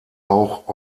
auch